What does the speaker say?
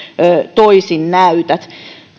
toisin näytät